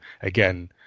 again